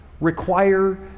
require